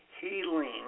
Healing